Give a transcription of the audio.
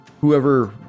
whoever